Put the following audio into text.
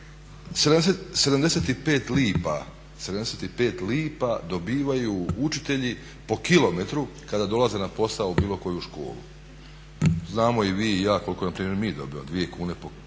75 lipa dobivaju učitelji po km kada dolaze na posao u bilo koju školu. Znamo i vi i ja koliko npr. mi dobijemo, 2 kune po km.